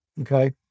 Okay